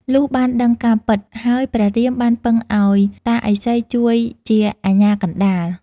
លុះបានដឹងការពិត ហើយព្រះរាមបានពឹងឱ្យតាឥសីជួយជាអាជ្ញាកណ្តាល។